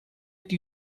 que